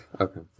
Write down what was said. Okay